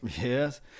Yes